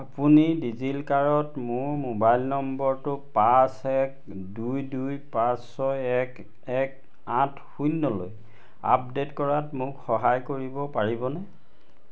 আপুনি ডিজিলকাৰত মোৰ মোবাইল নম্বৰটো পাঁচ এক দুই দুই পাঁচ ছয় এক এক আঠ শূন্যলৈ আপডেট কৰাত মোক সহায় কৰিব পাৰিবনে